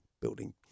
building